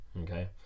okay